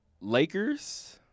Lakers